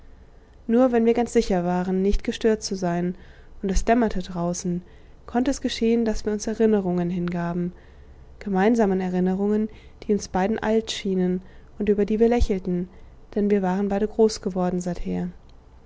nur wenn wir ganz sicher waren nicht gestört zu sein und es dämmerte draußen konnte es geschehen daß wir uns erinnerungen hingaben gemeinsamen erinnerungen die uns beiden alt schienen und über die wir lächelten denn wir waren beide groß geworden seither